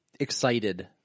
Excited